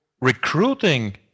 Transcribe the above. recruiting